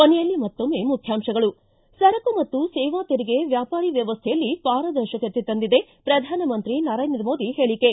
ಕೊನೆಯಲ್ಲಿ ಮತ್ತೊಮ್ಮೆ ಮುಖ್ಯಾಂಶಗಳು ಿಂ ಸರಕು ಮತ್ತು ಸೇವಾ ತೆರಿಗೆ ವ್ಯಾಪಾರಿ ವ್ಯವಸ್ಥೆಯಲ್ಲಿ ಪಾರದರ್ಶಕತೆ ತಂದಿದೆ ಪ್ರಧಾನಮಂತ್ರಿ ನರೇಂದ್ರ ಮೋದಿ ಹೇಳಿಕೆ